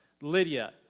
Lydia